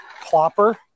Plopper